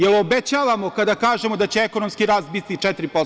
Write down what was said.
Da li obećavamo kada kažemo da će ekonomski rast biti 4%